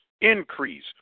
increase